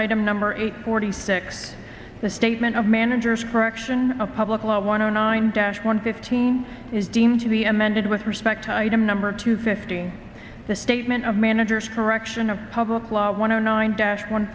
item number eight forty six the statement of managers correction of public law one o nine dash one fifteen is deemed to be amended with respect to item number two fifteen the statement of managers correction of public law one hundred nine dash one